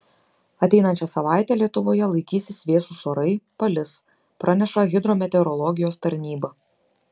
ateinančią savaitę lietuvoje laikysis vėsūs orai palis praneša hidrometeorologijos tarnyba